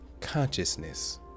consciousness